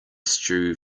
stew